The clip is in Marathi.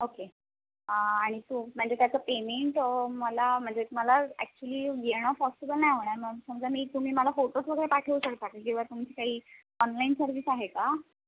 ओके आणि तू म्हणजे त्याचं पेमेंट मला म्हणजे मला ॲक्च्युली येणं पॉसिबल नाही होणार मग समजा मी तुम्ही मला फोटोज वगैरे पाठवू शकता की किंवा तुमची काही ऑनलाईन सर्विस आहे का